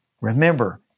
Remember